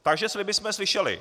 Takže sliby jsme slyšeli.